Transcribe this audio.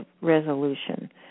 resolution